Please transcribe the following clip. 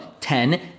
Ten